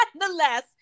nonetheless